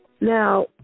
Now